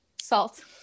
salt